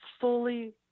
fully –